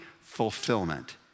fulfillment